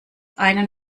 einen